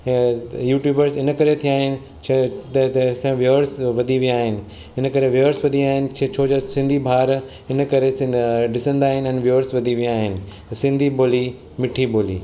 हे YouTubers इन करे थिया आहिनि वियूर्स वधी विया आहिनि इन करे वियुर्स वधी विया आहिनि सिंधी ॿार हिन करे अ ॾिसंदा आहिनि वितुर्स वधी विया आहिनि सिंधी ॿोली मिठी ॿोली